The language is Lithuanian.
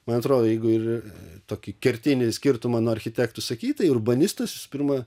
man atrodo jeigu ir tokį kertinį skirtumą nuo architektų sakytai urbanistas pirma